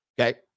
okay